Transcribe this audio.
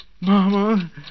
Mama